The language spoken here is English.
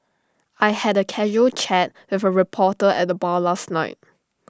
I had A casual chat with A reporter at the bar last night